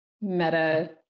meta